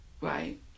Right